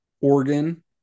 Oregon